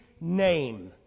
name